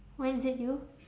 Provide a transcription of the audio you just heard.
when is it due